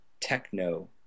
techno